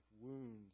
wounds